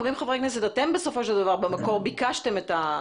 אומרים חברי כנסת: אתם ביקשתם במקור,